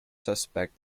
suspect